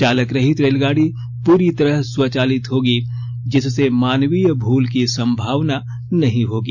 चालकरहित रेलगाडी पूरी तरह स्वचालित होगी जिससे मानवीय भूल की संभावना नहीं होगी